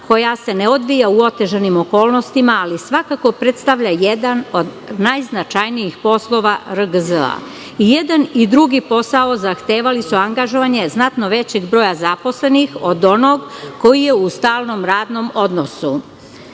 koja se ne odvija u otežanim okolnostima, ali svakako predstavlja jedan od najznačajnijih poslova RGZ. I jedan i drugi posao zahtevali su angažovanje znatno većeg broja zaposlenih od onog koji je u stalnom radnom odnosu.